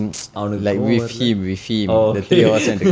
அவனுக்கு கோவம் வரல:avanukku kovaam varala oh okay